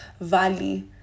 valley